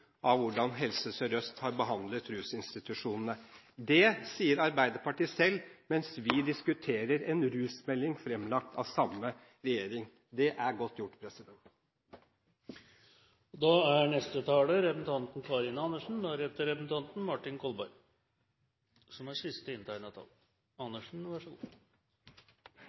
av hvordan Helse Sør-Øst har behandlet rusinstitusjonene. Det sier Arbeiderpartiet selv, mens vi diskuterer en rusmelding fremlagt av samme regjering. Det er godt gjort. Det var representanten Sanners innlegg som